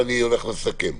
ואני הולך לסכם.